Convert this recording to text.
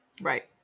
Right